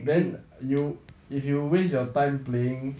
then you if you waste your time playing